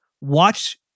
watch